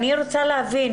אני רוצה להבין,